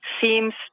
seems